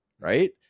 right